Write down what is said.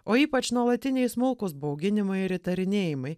o ypač nuolatiniai smulkūs bauginimai ir įtarinėjimai